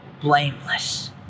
blameless